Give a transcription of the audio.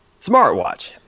smartwatch